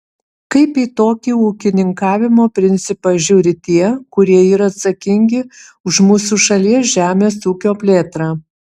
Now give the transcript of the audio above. kaip į tokį ūkininkavimo principą žiūri tie kurie yra atsakingi už mūsų šalies žemės ūkio plėtrą